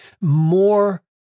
more